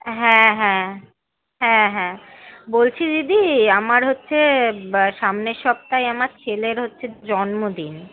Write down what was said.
হ্যাঁ হ্যাঁ হ্যাঁ হ্যাঁ বলছি দিদি আমার হচ্ছে সামনের সপ্তাহে আমার ছেলের হচ্ছে জন্মদিন